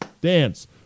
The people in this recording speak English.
Dance